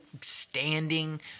standing